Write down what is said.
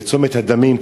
ב"צומת הדמים",